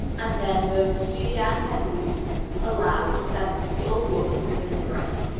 and then both she and candide allowed that the old woman was in the right.